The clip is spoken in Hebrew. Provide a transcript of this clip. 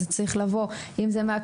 זה צריך לבוא מהכנסת,